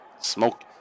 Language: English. Smoke